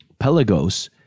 Pelagos